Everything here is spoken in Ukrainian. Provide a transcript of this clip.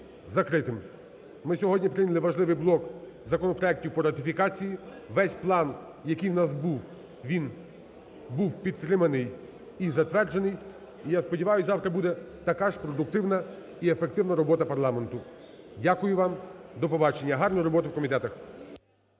Ми сьогодні прийняли важливий блок законопроектів по ратифікації. Весь план, який в нас був, він був підтриманий і затверджений. І, я сподіваюсь, завтра буде така ж продуктивна і ефективна робота парламенту. Дякую вам. До побачення. Гарної роботи в комітетах.